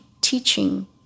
teaching